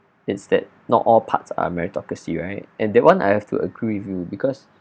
it's that not all parts are meritocracy right and that one I have to agree with you because